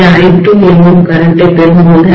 இது I2 என்னும் மின்னோட்டத்தைகரண்ட்டை பெறும்போது